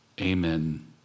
Amen